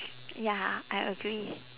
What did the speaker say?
ya I agree